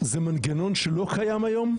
זה מנגנון שלא קיים היום?